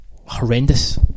horrendous